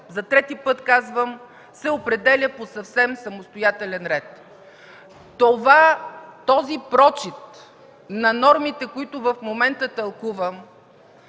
за трети път казвам, се определя по съвсем самостоятелен ред. Този прочит на нормите, които в момента тълкувам,